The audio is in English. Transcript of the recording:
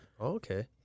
Okay